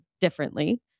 differently